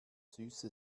süße